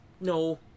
no